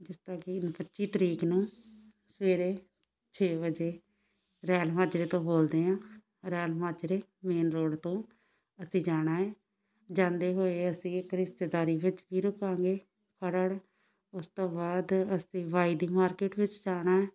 ਜਿਸਦਾ ਕਿ ਪੱਚੀ ਤਰੀਕ ਨੂੰ ਸਵੇਰੇ ਛੇ ਵਜੇ ਰੈਲ ਮਾਜਰੇ ਤੋਂ ਬੋਲਦੇ ਹਾਂ ਰੈਲ ਮਾਜਰੇ ਮੇਨ ਰੋਡ ਤੋਂ ਅਸੀਂ ਜਾਣਾ ਹੈ ਜਾਂਦੇ ਹੋਏ ਅਸੀਂ ਇੱਕ ਰਿਸ਼ਤੇਦਾਰੀ ਵਿੱਚ ਵੀ ਰੁਕਾਂਗੇ ਖਰੜ ਉਸ ਤੋਂ ਬਾਅਦ ਅਸੀਂ ਬਾਈ ਦੀ ਮਾਰਕਿਟ ਵਿੱਚ ਜਾਣਾ